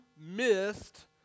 missed